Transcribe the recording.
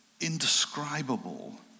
indescribable